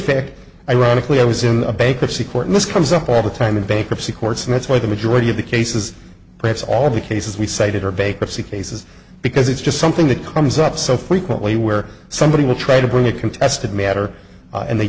fact ironically i was in the bankruptcy court and this comes up all the time in bankruptcy courts and that's why the majority of the cases perhaps all of the cases we cited are baker c cases because it's just something that comes up so frequently where somebody will try to bring a contested matter and they